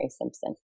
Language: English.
Simpson